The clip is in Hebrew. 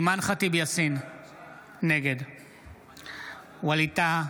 נגד ווליד טאהא,